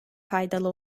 faydalı